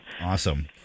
Awesome